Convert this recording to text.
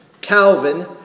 Calvin